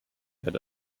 had